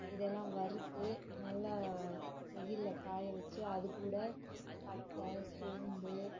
இதெல்லாம் வறுத்து நல்லா வெயிலில் காய வச்சு அதுக்கூட பட்டை சோம்பு